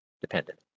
dependent